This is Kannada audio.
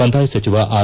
ಕಂದಾಯ ಸಚಿವ ಆರ್